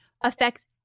affects